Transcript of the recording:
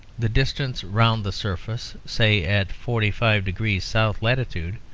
the distance round the surface, say, at forty five degrees south latitude,